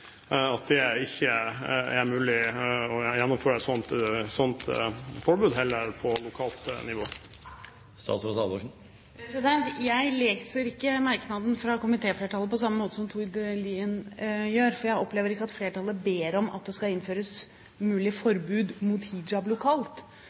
statsrådens innlegg, ikke er mulig å gjennomføre et sånt forbud heller på lokalt nivå. Jeg leser ikke merknaden fra komitéflertallet på samme måte som Tord Lien gjør, for jeg opplever ikke at flertallet ber om at det skal innføres